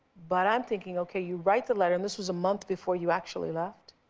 but i'm thinking, okay. you write the letter, and this was a month before you actually left?